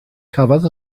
cafodd